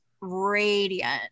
radiant